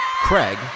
Craig